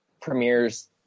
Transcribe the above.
premieres –